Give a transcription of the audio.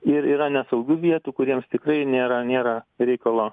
ir yra nesaugių vietų kur jiems tikrai nėra nėra reikalo